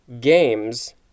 games